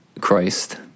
Christ